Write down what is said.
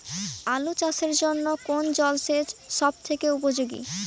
আলু চাষের জন্য কোন জল সেচ সব থেকে উপযোগী?